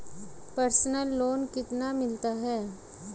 Personal loan कितना मिलता है?